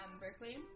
Berkeley